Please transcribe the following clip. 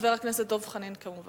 לוועדה לקידום מעמד